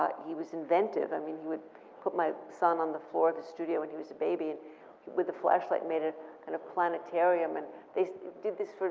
ah he was inventive. i mean, he would put my son on the floor of the studio when he was a baby and with the flashlight made a kind of planetarium and did this sort